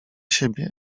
siebie